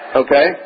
okay